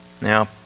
Now